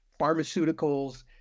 pharmaceuticals